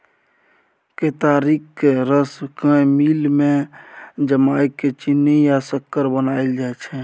केतारीक रस केँ मिल मे जमाए केँ चीन्नी या सक्कर बनाएल जाइ छै